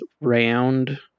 round